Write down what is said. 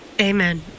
Amen